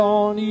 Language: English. on